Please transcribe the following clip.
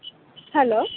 hello